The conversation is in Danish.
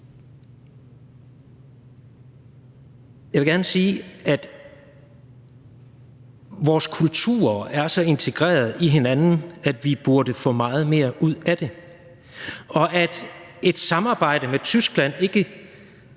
Jeg vil gerne sige, at vores kulturer er så integreret i hinanden, at vi burde få meget mere ud af det, og at et samarbejde med Tyskland i